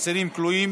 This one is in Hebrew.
אסירים וכלואים